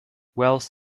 wells